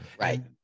Right